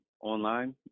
online